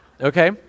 Okay